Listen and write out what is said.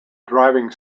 driving